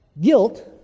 Guilt